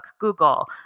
Google